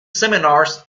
seminars